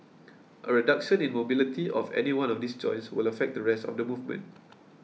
a reduction in mobility of any one of these joints will affect the rest of the movement